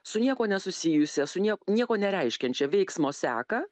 su niekuo nesusijusią su niek nieko nereiškiančią veiksmo seka